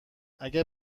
اگر